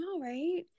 right